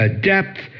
depth